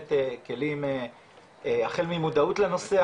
שכוללת כלים החל ממודעות לנושא,